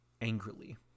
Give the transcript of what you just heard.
angrily